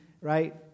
right